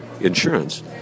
insurance